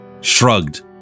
shrugged